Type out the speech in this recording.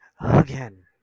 again